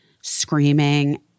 screaming